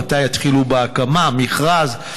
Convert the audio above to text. מתי יתחילו בהקמה, מכרז?